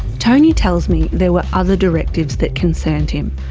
tony tells me there were other directives that concerned him.